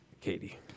Katie